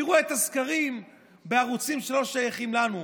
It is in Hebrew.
תראו את הסקרים בערוצים שלא שייכים לנו,